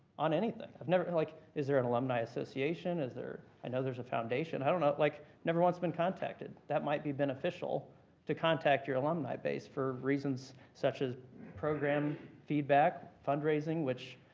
on anything. i've never like is there an alumni association? is there i know there's a foundation. i don't know, like never once been contacted. that might be beneficial to contact your alumni base for reasons such as program feedback, fundraising, which,